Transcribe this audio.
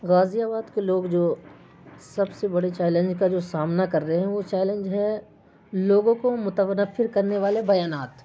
غازی آباد کے لوگ جو سب سے بڑے چیلنج کا جو سامنا کر رہے ہیں وہ چیلنج ہے لوگوں کو متنفر کرنے والے بیانات